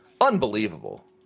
Unbelievable